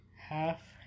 Half